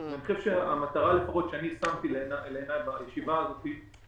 אני חושב שהמטרה שאני שמתי לעיני בישיבה הזאת היא